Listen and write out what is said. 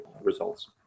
results